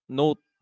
note